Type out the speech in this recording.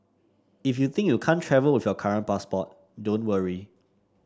if you think you can't travel with your current passport don't worry